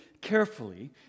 carefully